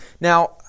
Now